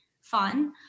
fun